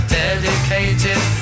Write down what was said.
dedicated